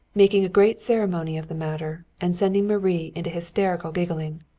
making a great ceremony of the matter, and sending marie into hysterical giggling.